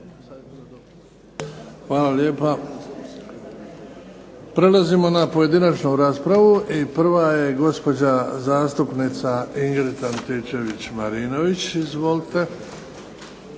Hvala lijepa. Prelazimo na pojedinačnu raspravu i prva je gospođa zastupnica Ingrid Antičević-Marinović. Izvolite.